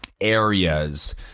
areas